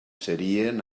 serien